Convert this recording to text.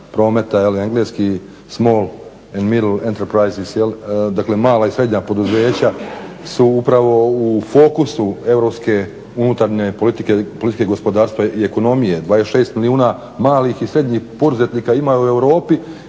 prometa, engleski, small and middle enterprises, dakle mala i srednja poduzeća su upravo u fokusu europske unutarnje politike, politike gospodarstva i ekonomije. 26 milijuna malih i srednjih poduzetnika ima u Europi